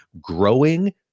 growing